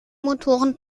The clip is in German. motoren